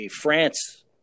France